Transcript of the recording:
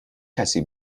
کسی